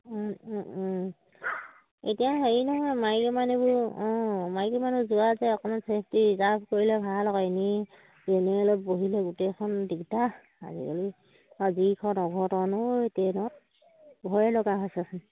এতিয়া হেৰি নহয় মাইকী মানুহবোৰ অঁ মাইকী মানুহ যোৱা যে অকণমান চেফটি ৰিজাৰ্ভ কৰিলে ভাল হয় এনেই ট্ৰেইনেত বহিলে গোটেইখন দিগদাৰ আজিকালি আৰু যিখন অঘটন ঐ ট্ৰেইনত ভয়ে লগা হৈছেচোন